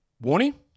warning